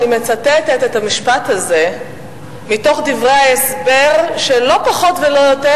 אני מצטטת את המשפט הזה מתוך דברי ההסבר של לא פחות ולא יותר,